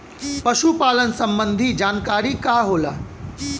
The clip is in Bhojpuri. पशु पालन संबंधी जानकारी का होला?